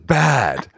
bad